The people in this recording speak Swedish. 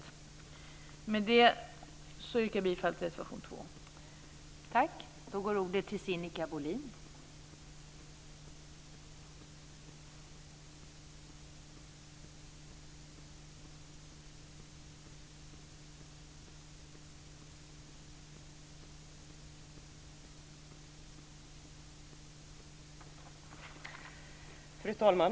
Med detta yrkar jag bifall till reservation nr 2.